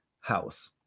house